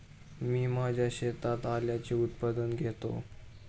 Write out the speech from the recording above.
मी माझ्या शेतात आल्याचे उत्पादन घेतो